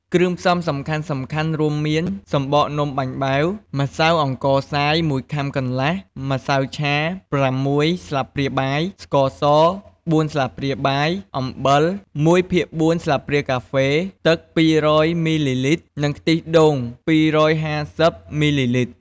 គ្រឿងផ្សំសំខាន់ៗរួមមាន សំបកនំបាញ់បែវ ម្សៅអង្ករខ្សាយ ១ខាំកន្លះ ម្សៅឆា ៦ ស្លាបព្រាបាយ ស្ករស ៤ ស្លាបព្រាបាយ អំបិល ១ភាគ៤ ស្លាបព្រាកាហ្វេ ទឹក ២០០ មីលីលីត្រ និងខ្ទិះដូង ២៥០ មីលីលីត្រ។